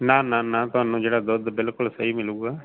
ਨਾ ਨਾ ਨਾ ਤੁਹਾਨੂੰ ਜਿਹੜਾ ਦੁੱਧ ਬਿਲਕੁਲ ਸਹੀ ਮਿਲੇਗਾ